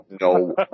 No